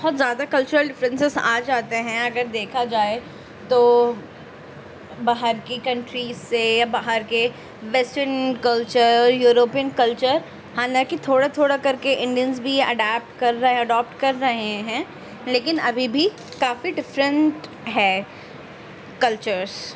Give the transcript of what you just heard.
بہت زیادہ cultural differences آ جاتے ہیں اگر دیکھا جائے تو باہر کی کنٹریز سے یا باہر کے ویسٹرن کلچر یا یوروپین کلچر حالانکہ تھوڑا تھوڑا کر کے انڈیننس بھی اڈاپٹ کر رہے اڈاپٹ کر رہے ہیں لیکن ابھی بھی کافی ڈفرینٹ ہے کلچرس